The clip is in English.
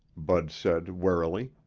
bud said warily.